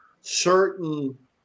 certain